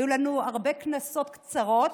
היו לנו הרבה כנסות קצרות,